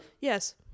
yes